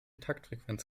taktfrequenz